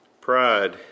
Pride